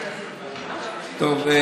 טוב,